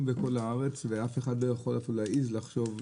בכל הארץ ואף אחד לא יכול אפילו להעז לחשוב.